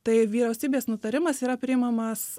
tai vyriausybės nutarimas yra priimamas